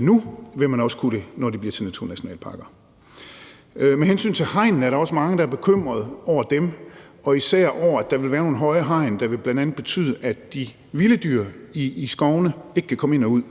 nu, vil man også kunne det, når de bliver til naturnationalparker. Med hensyn til hegnene er der også mange, der er bekymret over dem, og især over, at der vil være nogle høje hegn, der bl.a. vil betyde, at de vilde dyr i skovene ikke kan komme ind og ud.